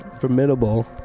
formidable